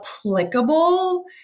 applicable